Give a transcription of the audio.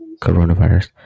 coronavirus